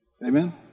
Amen